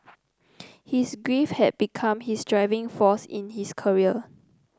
his grief had become his driving force in his career